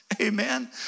Amen